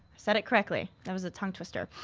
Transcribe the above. said it correctly that was a tongue twister.